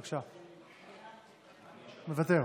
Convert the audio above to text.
מוותר.